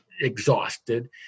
exhausted